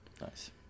nice